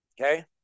Okay